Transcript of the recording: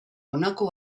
honako